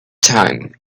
time